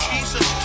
Jesus